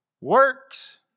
Works